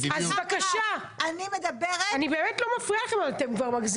אני באמת לא מפריעה לכם, אבל אתם מגזימים.